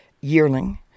yearling